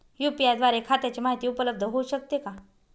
UPI द्वारे खात्याची माहिती उपलब्ध होऊ शकते का?